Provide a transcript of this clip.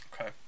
Okay